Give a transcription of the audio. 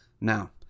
Now